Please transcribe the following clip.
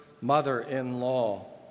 mother-in-law